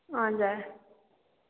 हजुर